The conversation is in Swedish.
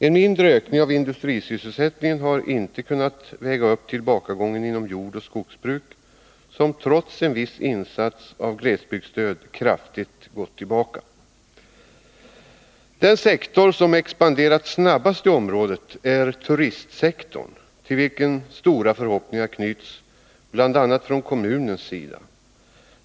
En mindre ökning av industrisysselsättningen harinte kunnat väga upp tillbakagången inom jordoch skogsbruk, som trots en viss insats av glesbygdsstöd kraftigt gått tillbaka. Den sektor som expanderat snabbast i området är turistsektorn, till vilken stora förhoppningar knyts bl.a. från kommunens sida.